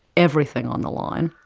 everything on the line.